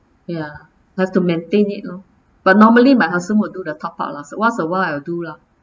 ya have to maintain it lor but normally my husband will do the top up lah onc~ once awhile I will do lah